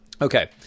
Okay